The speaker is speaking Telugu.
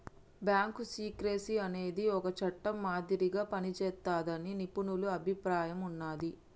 బ్యాంకు సీక్రెసీ అనేది ఒక చట్టం మాదిరిగా పనిజేస్తాదని నిపుణుల అభిప్రాయం ఉన్నాది